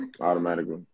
automatically